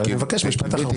אני מבקש משפט אחרון,